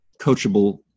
coachable